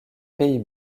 pays